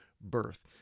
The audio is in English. birth